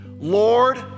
Lord